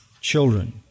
children